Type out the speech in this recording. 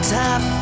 tap